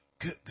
Good